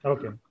Okay